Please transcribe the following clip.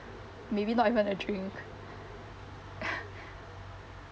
maybe not even a drink